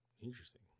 Interesting